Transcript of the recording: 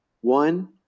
one